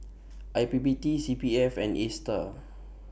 I P P T C P F and ASTAR